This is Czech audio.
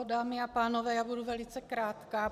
Dámy a pánové, já budu velice krátká.